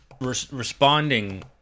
responding